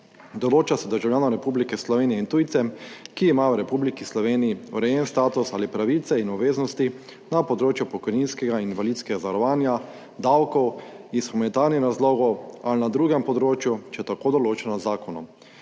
Določa se državljanom Republike Slovenije in tujcem, ki imajo v Republiki Sloveniji urejen status ali pravice in obveznosti na področju pokojninskega in invalidskega zavarovanja, davkov, iz humanitarnih razlogov ali na drugem področju, če je tako določeno z zakonom.